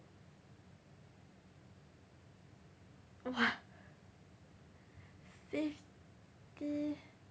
!wah! safety